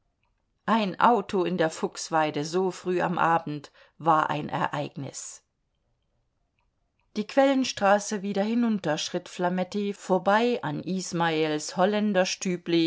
ein auto in der fuchsweide so früh am abend war ein ereignis die quellenstraße wieder hinunter schritt flametti vorbei an ismals